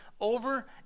over